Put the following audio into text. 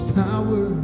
power